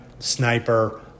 sniper